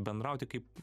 bendrauti kaip